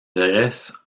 dresse